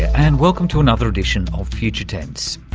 and welcome to another edition of future tense.